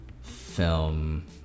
Film